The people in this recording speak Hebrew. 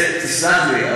תסלח לי,